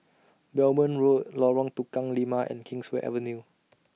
Belmont Road Lorong Tukang Lima and Kingswear Avenue